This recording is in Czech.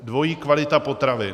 Dvojí kvalita potravin.